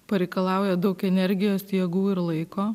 pareikalauja daug energijos jėgų ir laiko